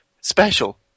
special